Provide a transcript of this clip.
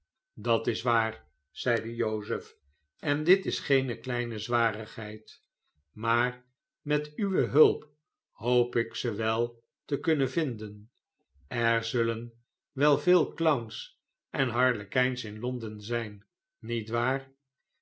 dat is waar zeide jozef en dit is geene kleine zwarigheid maar met uwe hulp hoop ik ze wel te zullen vinden er zullen wel veel clowns en harlekijns in l on den zijn niet waar